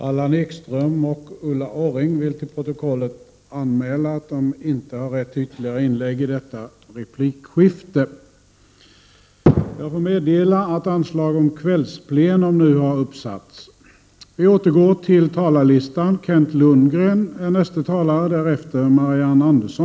Jag får meddela att anslag nu har satts upp om att detta sammanträde skall fortsätta efter kl. 19.00.